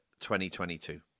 2022